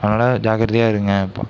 அதனால ஜாக்கிரதையா இருங்கள்